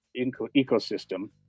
ecosystem